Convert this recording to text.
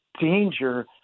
danger